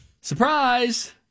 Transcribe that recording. Surprise